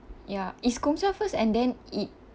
ya it's Gongcha first and then it